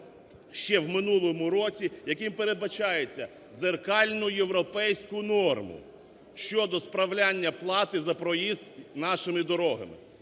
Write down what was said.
ще в минулому році, яким передбачається дзеркальну європейську норму щодо справляння плати за проїзд нашими дорогами.